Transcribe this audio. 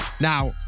Now